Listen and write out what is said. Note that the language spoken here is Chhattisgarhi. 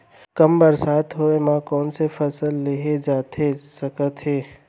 कम बरसात होए मा कौन से फसल लेहे जाथे सकत हे?